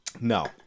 no